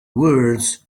words